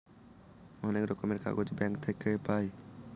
অনেক রকমের কাগজ ব্যাঙ্ক থাকে পাই